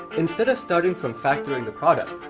instead of starting from factoring the product,